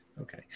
Okay